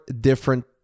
different